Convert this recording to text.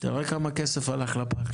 תראה כמה כסף הלך לפח.